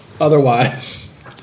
otherwise